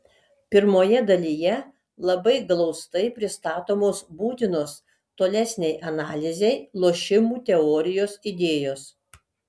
pirmoje dalyje labai glaustai pristatomos būtinos tolesnei analizei lošimų teorijos idėjos